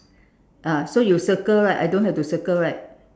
ah so you circle right I don't have to circle right